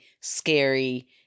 scary